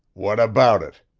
what about it?